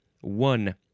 One